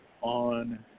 on